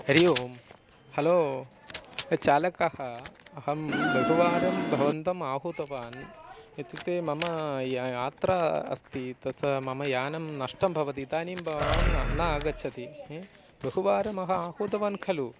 हरिः ओम् हलो चालकः अहं बहुवारं भवन्तम् आहूतवान् इत्युक्ते मम या यात्रा अस्ति तत् मम यानं नष्टं भवति इदानीं भवान् न आगच्छति बहुवारमहम् आहूतवान् खलु